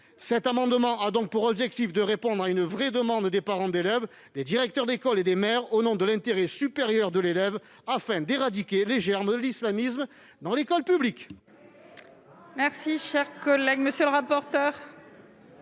Cet amendement a donc pour objet de répondre à une vraie demande des parents d'élèves, des directeurs d'école et des maires, au nom de l'intérêt supérieur de l'élève, afin d'éradiquer les germes de l'islamisme dans l'école publique.